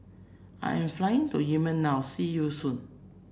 I am flying to Yemen now see you soon